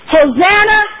Hosanna